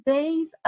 Days